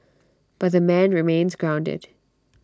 but the man remains grounded